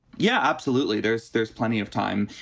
yeah, absolutely. there's there's plenty of time.